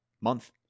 month